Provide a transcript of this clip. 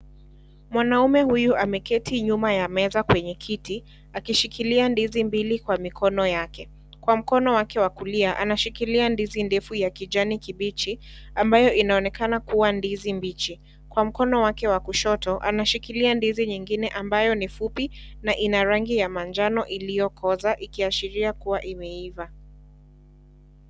Mwanamke huyu ameketi nyuma ya meza kwenye kiti, akishikilia ndizi mbili kwa mikono yake. Kwa mkono wake wa kulia, anashikilia ndizi ndefu ya kijani kibichi, ambayo inaonekana kuwa ndizi mbichi. Kwa mkono wake wa kushoto, anashikilia ndizi nyingine ambayo ni fupi na ina rangi ya manjano iliyokoza ikiashiria kuwa imeiva.